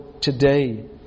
today